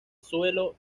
suelo